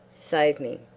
save me.